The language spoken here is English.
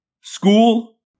School